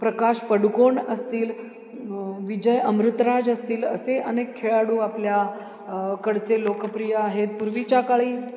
प्रकाश पडुकोण असतील विजय अमृतराज असतील असे अनेक खेळाडू आपल्या कडचे लोकप्रिय आहे पूर्वीच्या काळी